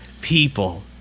people